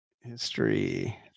History